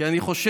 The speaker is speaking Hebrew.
כי אני חושב